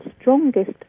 strongest